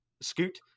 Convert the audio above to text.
scoot